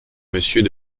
monsieur